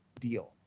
deal